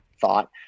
thought